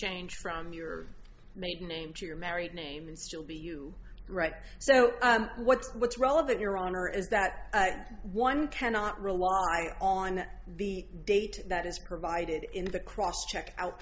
change from your maiden name to your married name and still be you right so what's what's relevant your honor is that one cannot rely on the date that is provided in the cross check out